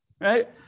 right